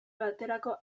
baterako